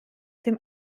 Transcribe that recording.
dem